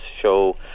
show